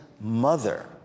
mother